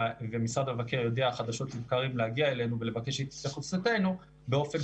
ומשרד המבקר יודע חדשות לבקרים להגיע אלינו ולבקש את התייחסותנו באופן